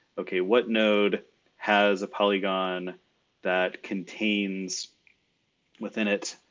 okay, what node has a polygon that contains within it,